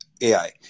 AI